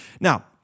Now